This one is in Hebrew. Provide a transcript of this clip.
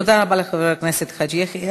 תודה רבה לחבר הכנסת חאג' יחיא.